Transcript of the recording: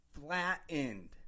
flattened